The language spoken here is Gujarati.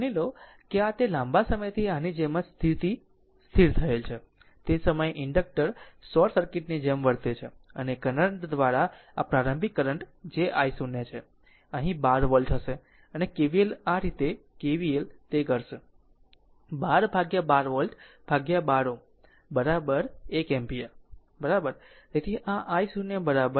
માની લો કે આ તે લાંબા સમયથી આની જેમ જ સ્થિત થયેલ છે તે સમયે ઇન્ડક્ટર શોર્ટ સર્કિટ ની જેમ વર્તે છે અને કરંટ દ્વારા આ પ્રારંભિક કરંટ જે i0 છે તે અહીં 12 વોલ્ટ હશે અને KVL અહીં આ રીતે KVL તે કરશે 1212 વોલ્ટ 12 Ω 1 એમ્પીયર બરાબર